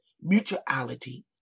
Mutuality